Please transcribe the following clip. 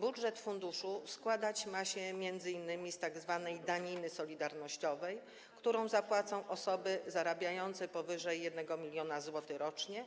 Budżet funduszu składać ma się m.in. z tzw. daniny solidarnościowej, którą zapłacą osoby zarabiające powyżej 1 mln zł rocznie,